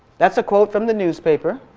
that's a quote from the newspaper,